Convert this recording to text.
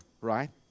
right